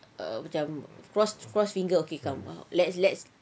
err macam cross cross fingers okay come let's let's